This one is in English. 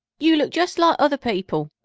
you look just like other people!